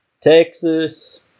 Texas